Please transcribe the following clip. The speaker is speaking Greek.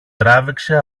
τράβηξε